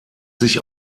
sich